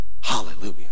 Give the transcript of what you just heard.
Hallelujah